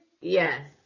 yes